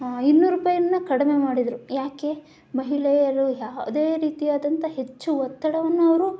ಇನ್ನೂರು ರೂಪಾಯನ್ನು ಕಡಿಮೆ ಮಾಡಿದರು ಯಾಕೆ ಮಹಿಳೆಯರು ಯಾವುದೇ ರೀತಿಯಾದಂಥ ಹೆಚ್ಚು ಒತ್ತಡವನ್ನು ಅವರು